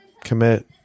commit